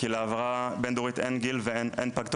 כי להעברה בין-דורית אין גיל ואין פג תוקף.